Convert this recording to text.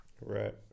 right